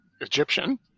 Egyptian